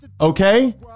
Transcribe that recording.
Okay